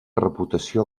reputació